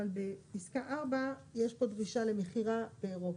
אבל בפסקה 4 יש פה דרישה למכירה באירופה,